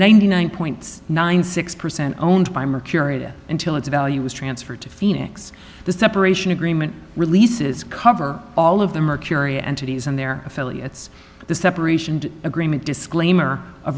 ninety nine point nine six percent owned by mercurial until its value was transferred to phoenix the separation agreement releases cover all of them are kuria entities and their affiliates the separation agreement disclaimer